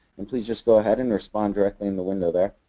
and please just go ahead and respond directly in the window there.